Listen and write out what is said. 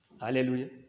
Hallelujah